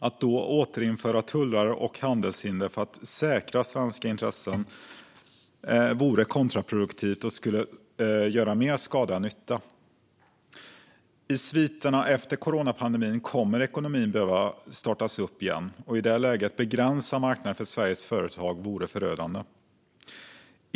Att återinföra tullar och handelshinder för att säkra svenska intressen vore kontraproduktivt och skulle göra mer skada än nytta. I sviterna efter coronapandemin kommer ekonomin att behöva startas upp igen. Att i det läget begränsa marknaden för Sveriges företag vore förödande.